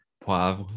poivre